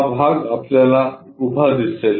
हा भाग आपल्याला उभा दिसेल